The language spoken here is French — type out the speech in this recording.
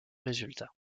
résultat